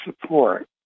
support